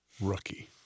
Rookie